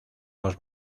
los